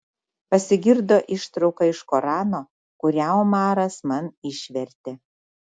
pasigirdo ištrauka iš korano kurią omaras man išvertė